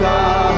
God